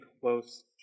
close